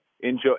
enjoy